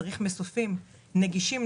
צריך מסופים נגישים,